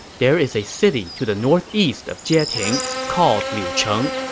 there is a city to the northeast of jieting, called liucheng.